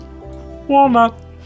Walnut